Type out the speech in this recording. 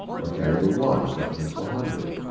or carry the one, which represents one hundred.